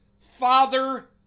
father